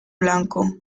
blanco